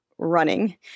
running